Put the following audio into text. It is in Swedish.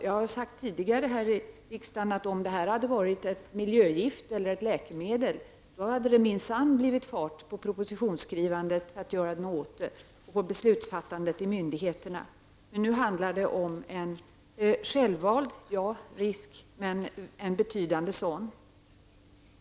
Jag har sagt tidigare här i riksdagen att om de hade förorsakats av ett miljögift eller ett läkemedel hade det minsann blivit fart på propositionsskrivandet för att göra någonting åt det och på beslutsfattandet hos myndigheterna. Men nu handlar det om en -- självvald, ja! -- risk, men en betydande sådan.